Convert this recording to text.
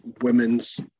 women's